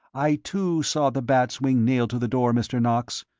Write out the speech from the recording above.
i, too, saw the bat's wing nailed to the door, mr. knox.